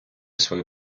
свої